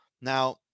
Now